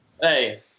Hey